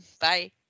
bye